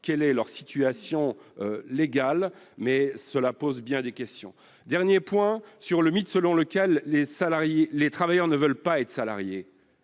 connaître leur situation légale, mais cela pose bien des questions. Dernier point : le mythe selon lequel ces travailleurs ne voudraient pas être salariés.